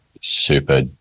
super